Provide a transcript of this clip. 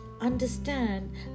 understand